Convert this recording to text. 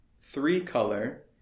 three-color